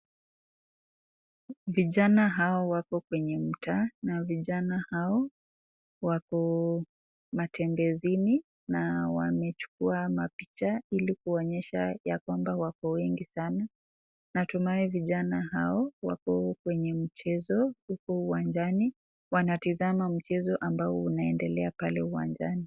Vijana hao wako kwenye mtaa na vijana hao wako matembezini na wamechukua mapicha ili kuonyesha ya kwamba wako wengi sana. Natumai vijana hao wako kwenye mchezo huku uwanjani, wanatizama mchezo ambao unaendelea pale uwanjani.